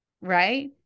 Right